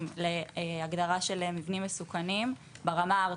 להגדרה של מבנים מסוכנים ברמה הארצית.